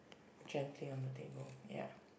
gently on the table ya